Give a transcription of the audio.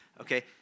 okay